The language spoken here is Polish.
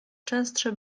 częstsze